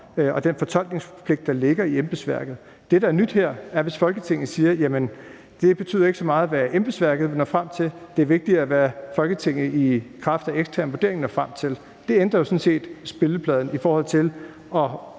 og den fortolkningspligt, der ligger i embedsværket. Det, der er nyt her, er, hvis Folketinget siger: Jamen det betyder ikke så meget, hvad embedsværket når frem til; det er vigtigere, hvad Folketinget i kraft af ekstern vurdering når frem til. Det ændrer jo sådan set spillepladen i forhold til at